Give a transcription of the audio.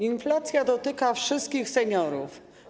Inflacja dotyka wszystkich seniorów.